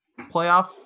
playoff